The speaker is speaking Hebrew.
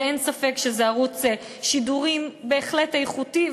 ואין ספק שזה ערוץ שידורים בהחלט איכותי,